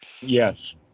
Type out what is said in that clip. Yes